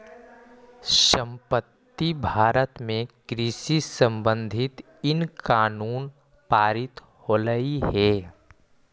संप्रति भारत में कृषि संबंधित इन कानून पारित होलई हे